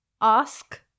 ask